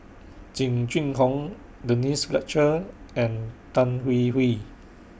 Jing Jun Hong Denise Fletcher and Tan Hwee Hwee